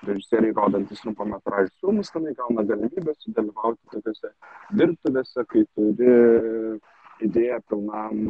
režisieriai rodantys trumpametražius filmus tenai gauna galimybę sudalyvauti tokiose dirbtuvėse kai turi idėja pilnam